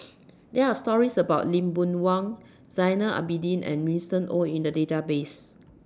There Are stories about Lee Boon Wang Zainal Abidin and Winston Oh in The Database